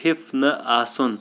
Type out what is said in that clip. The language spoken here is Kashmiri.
مُتفِف نہٕ آسُن